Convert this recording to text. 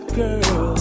girl